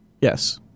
Yes